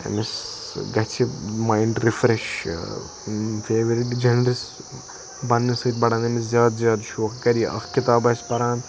أمِس گَژھِ mind refresh favourite genres بَننہِ سۭتۍ بَڑن أمِس زیادٕ زیادٕ شوکھ کَرٕ یہِ اکھ کِتاب آسہِ پَران